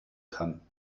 kann